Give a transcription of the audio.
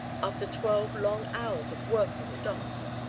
after twelve long hours of work on the docks.